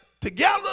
together